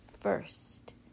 First